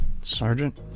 Sergeant